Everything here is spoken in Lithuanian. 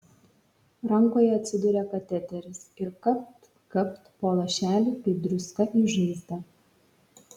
rankoje atsiduria kateteris ir kapt kapt po lašelį kaip druska į žaizdą